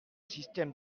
système